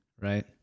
right